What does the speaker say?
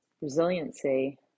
resiliency